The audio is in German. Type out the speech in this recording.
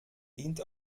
dient